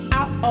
out